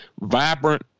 vibrant